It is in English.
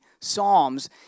Psalms